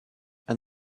and